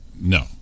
No